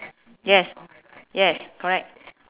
yes yes correct